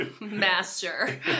master